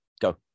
Go